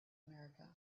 america